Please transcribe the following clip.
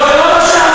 לא, זה לא מה שאמרתי.